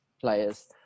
players